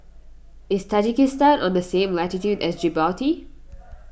is Tajikistan on the same latitude as Djibouti